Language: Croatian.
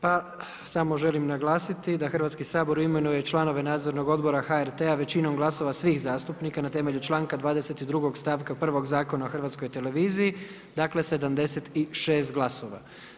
Pa samo želim naglasiti da Hrvatski sabor imenuje članove Nadzornog odbora HRT-a većinom glasova svih zastupnika na temelju članka 22. stavka 1. Zakona o Hrvatskoj televiziji, dakle 76 glasova.